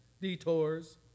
detours